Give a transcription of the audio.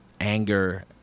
anger